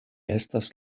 estas